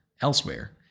elsewhere